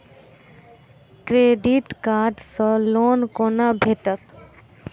Credit card सँ loan कोना भेटत?